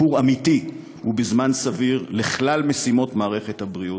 שיפור אמיתי ובזמן סביר של כלל משימות מערכת הבריאות,